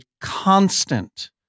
constant